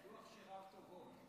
אני בטוח שרק טובות.